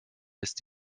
ist